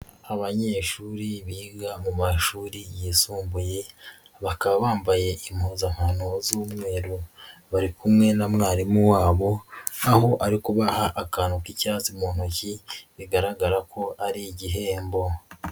Abanyeshuri biga mu mashuri yisumbuye, bakaba bambaye impuzankano z'umweru, bari kumwe na mwarimu wabo, aho ari kubaha akantu k'icyatsi mu ntoki, bigaragara ko ari igihembo.